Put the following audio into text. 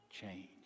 change